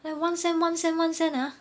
like one cent one cent one cent ah